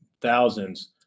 thousands